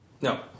No